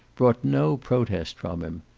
brought no protest from him.